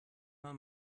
man